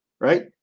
right